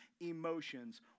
emotions